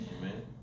Amen